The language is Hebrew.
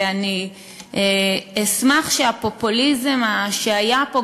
ואני אשמח אם הפופוליזם שהיה פה,